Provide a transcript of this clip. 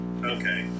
Okay